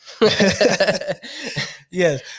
yes